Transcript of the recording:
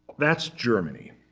that's germany.